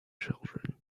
children